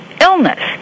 illness